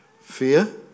Fear